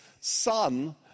son